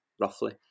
roughly